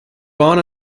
born